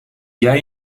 jij